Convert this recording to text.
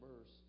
verse